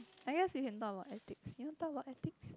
I guess we can talk about ethics can we talk about ethics